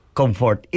comfort